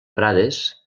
prades